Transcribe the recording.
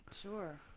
Sure